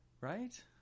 right